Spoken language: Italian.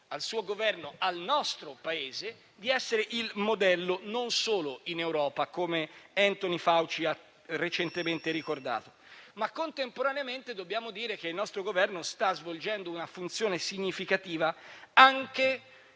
al suo Governo e al nostro Paese di essere il modello non solo in Europa, come Anthony Fauci ha recentemente ricordato. Contemporaneamente dobbiamo dire che il nostro Governo sta svolgendo una funzione significativa anche